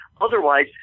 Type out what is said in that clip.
Otherwise